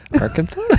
Arkansas